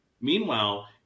meanwhile